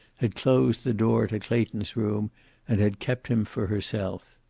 had closed the door to clayton's room and had kept him for herself.